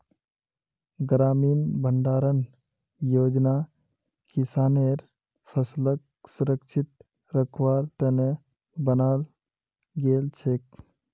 ग्रामीण भंडारण योजना किसानेर फसलक सुरक्षित रखवार त न बनाल गेल छेक